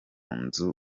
nzu